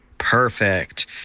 Perfect